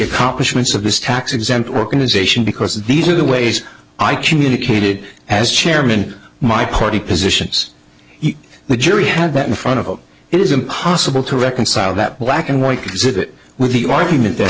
accomplishments of this tax exempt organization because these are the ways i communicated as chairman my party positions the jury had met in front of it is impossible to reconcile that black and white zip it with the argument that